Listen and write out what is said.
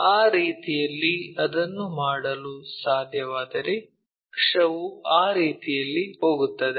ಆ ರೀತಿಯಲ್ಲಿ ಅದನ್ನು ಮಾಡಲು ಸಾಧ್ಯವಾದರೆ ಅಕ್ಷವು ಆ ರೀತಿಯಲ್ಲಿ ಹೋಗುತ್ತದೆ